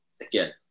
again